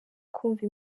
kumva